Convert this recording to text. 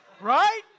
Right